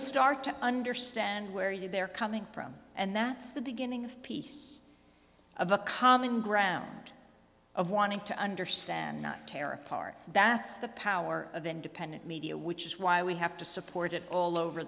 start to understand where you they're coming from and that's the beginning of a common ground of wanting to understand not tear apart that's the power of independent media which is why we have to support it all over